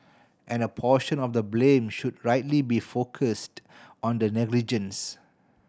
and a portion of the blame should rightly be focused on that negligence